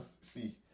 See